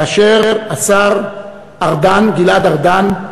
כאשר השר גלעד ארדן,